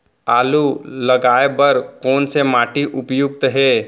आलू लगाय बर कोन से माटी उपयुक्त हे?